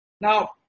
Now